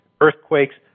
earthquakes